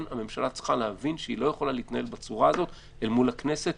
הממשלה צריכה להבין שהיא לא יכולה להתנהל בצורה הזאת אל מול הכנסת.